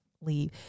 leave